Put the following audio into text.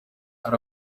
hari